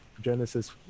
Genesis